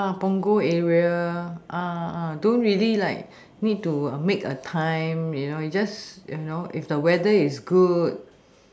punggol area don't really like need to a make a time you know you just you know if the weather is good